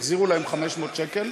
החזירו להם 500 שקל.